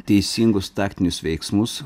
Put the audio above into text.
teisingus taktinius veiksmus